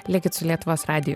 likit su lietuvos radiju